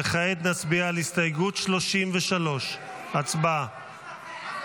וכעת נצביע על הסתייגות 33. הצבעה.